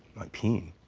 my peen?